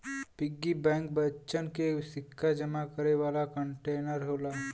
piggy bank बच्चन के सिक्का जमा करे वाला कंटेनर होला